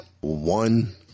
one